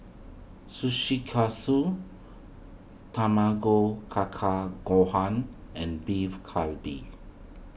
Sushi Katsu Tamago Kaka Gohan and Beef Galbi